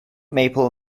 maple